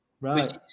Right